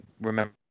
remember